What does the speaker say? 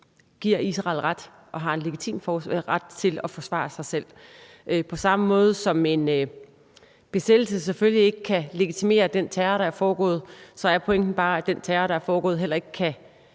giver Israel en legitim ret til at forsvare sig selv. Men på samme måde som en besættelse selvfølgelig ikke kan legitimere den terror, der er foregået, så er pointen bare, at den terror, der er foregået, heller ikke kan